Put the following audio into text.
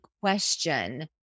question